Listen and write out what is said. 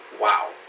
wow